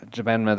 Japan